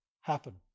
happen